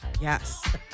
Yes